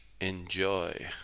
Enjoy